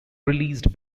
released